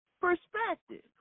perspective